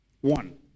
one